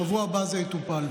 בשבוע הבא זה יטופל.